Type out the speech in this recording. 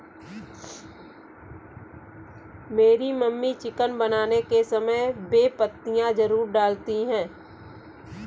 मेरी mummy chicken बनाने के समय बे पत्तियां जरूर डालती हैं